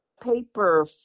paper